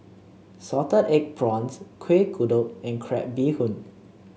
Salted Egg Prawns Kuih Kodok and Crab Bee Hoon